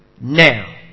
now